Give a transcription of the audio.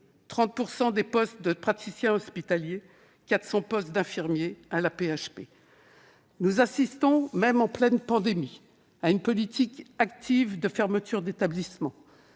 30 % des postes de praticiens hospitaliers et 400 postes d'infirmiers à l'AP-HP. Nous assistons, même en pleine pandémie, à une politique active de fermetures d'établissements